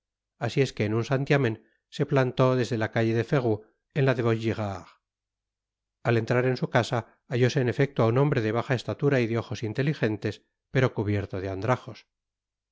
asi es que en un santiamen se plantó desde la calle de ferou en la de vaugirard al entrar en su casa hallose en efecto á un hombre de baja estatura y de ojos inteligentes pero cubierto de andrajos